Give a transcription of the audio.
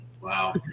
Wow